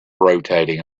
rotating